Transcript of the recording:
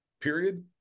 period